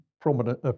prominent